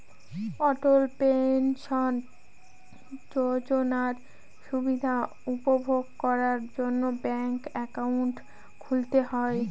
অটল pension যোজনার সুবিধা উপভোগ করার জন্য ব্যাঙ্ক একাউন্ট খুলতে হয়